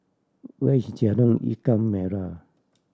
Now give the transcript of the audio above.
where is Jalan Ikan Merah